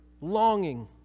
longing